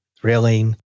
thrilling